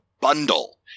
bundle